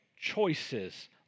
choices